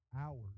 Hours